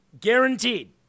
Guaranteed